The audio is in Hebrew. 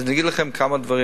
אז אני אגיד לכם כמה דברים,